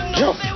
jump